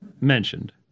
mentioned